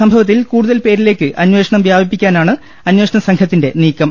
സംഭവത്തിൽ കൂടുതൽ പേരിലേക്ക് അന്വേഷണം വ്യാപിപ്പിക്കാനാണ് അന്വേഷണസംഘ ത്തിന്റെ നീക്കം